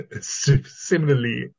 similarly